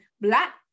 Black